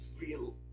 real